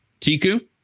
Tiku